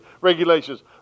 regulations